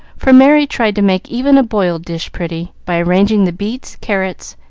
for merry tried to make even a boiled dish pretty by arranging the beets, carrots,